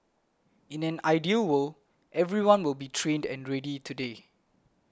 in an ideal world everyone will be trained and ready today